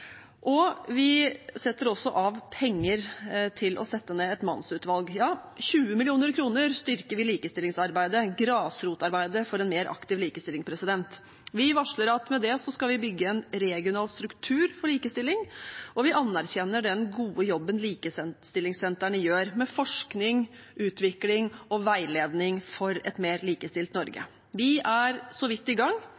og med antirasisme. Vi setter også av penger til å sette ned et mannsutvalg. Ja, med 20 mill. kr styrker vi likestillingsarbeidet og grasrotarbeidet for en mer aktiv likestilling. Vi varsler at vi med det vil bygge en regional struktur for likestilling, og vi anerkjenner den gode jobben som likestillingssentrene gjør med forskning, utvikling og veiledning for et mer likestilt Norge.